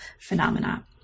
phenomena